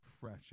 fresh